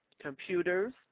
computers